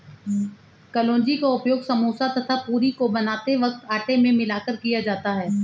कलौंजी का उपयोग समोसा तथा पूरी को बनाते वक्त आटे में मिलाकर किया जाता है